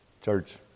Church